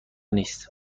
نیست